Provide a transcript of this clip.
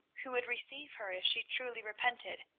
who would receive her if she truly repented.